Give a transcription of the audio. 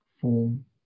form